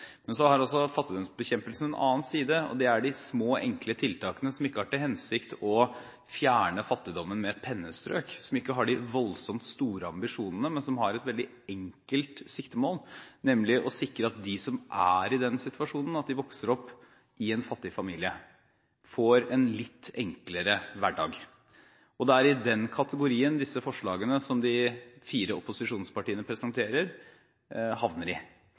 Så har fattigdomsbekjempelsen en annen side. Det gjelder de små, enkle tiltakene, som ikke har til hensikt å fjerne fattigdommen med et pennestrøk – som ikke har de voldsomt store ambisjonene, men som har et veldig enkelt siktemål, nemlig å sikre at de som er i den situasjonen at de vokser opp i en fattig familie, får en litt enklere hverdag. Det er i den kategorien disse forslagene som de fire opposisjonspartiene presenterer, havner i. Dette er forslag som er små, og som ikke vil løse fattigdomsproblemene i